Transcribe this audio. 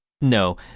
No